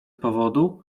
powodu